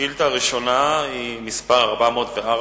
שאילתא ראשונה היא מס' 404,